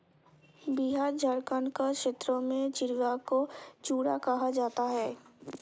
बिहार झारखंड के क्षेत्र में चिड़वा को चूड़ा कहा जाता है